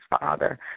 Father